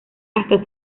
hasta